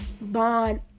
bond